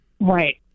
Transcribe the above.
Right